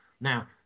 Now